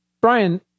Brian